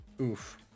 Oof